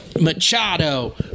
Machado